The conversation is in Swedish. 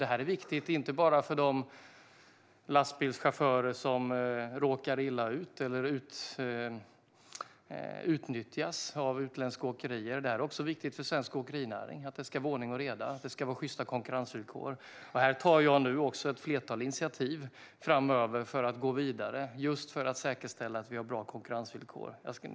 Detta är viktigt inte bara för de lastbilschaufförer som råkar illa ut eller utnyttjas av utländska åkerier. Det är också viktigt för svensk åkerinäring att det ska vara ordning och reda och att det ska vara sjysta konkurrensvillkor. Jag tar nu ett flertal initiativ framöver för att gå vidare just för att säkerställa att vi har bra konkurrensvillkor.